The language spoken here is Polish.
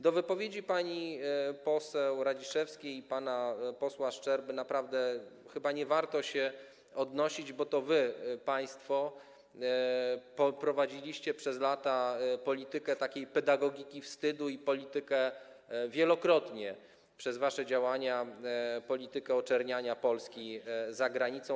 Do wypowiedzi pani poseł Radziszewskiej i pana posła Szczerby naprawdę chyba nie warto się odnosić, bo to wy, państwo, prowadziliście przez lata politykę takiej pedagogiki wstydu i, wielokrotnie przez wasze działania, politykę oczerniania Polski za granicą.